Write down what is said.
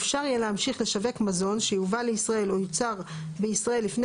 אפשר יהיה להמשיך לשווק מזון שיובא לישראל או יוצר בישראל לפני